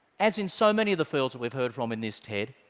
as in so many of the fields that we've heard from in this ted,